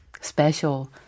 special